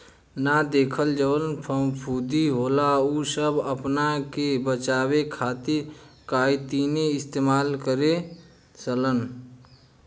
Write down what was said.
ना देखल जवन फफूंदी होला उ सब आपना के बचावे खातिर काइतीने इस्तेमाल करे लसन